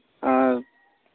ᱟᱨ